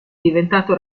diventato